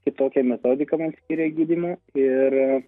kitokia metodiką man skyrė gydymo ir